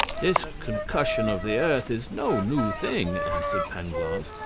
this concussion of the earth is no new thing, answered pangloss.